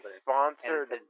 sponsored